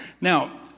Now